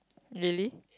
really